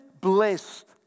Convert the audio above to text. blessed